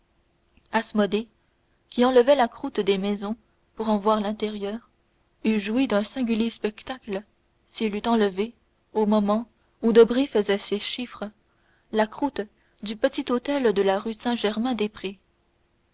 qui enlevait la croûte des maisons pour en voir l'intérieur eût joui d'un singulier spectacle s'il eût enlevé au moment où debray faisait ses chiffres la croûte du petit hôtel de la rue saint-germain-des-prés